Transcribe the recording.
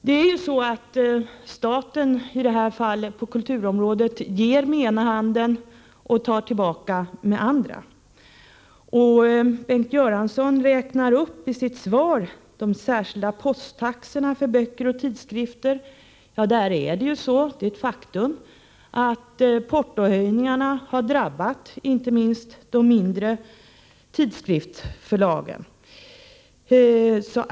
Det är ju så att staten, i det här fallet på kulturområdet, ger med den ena handen och tar tillbaka med den andra. Bengt Göransson räknade upp i sitt svar de särskilda posttaxorna för böcker och tidskrifter. Där är det ju ett faktum att portohöjningarna har drabbat inte minst de mindre tidskriftsförlagen.